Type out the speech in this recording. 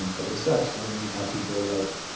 like this sucks. and then you'd have people like,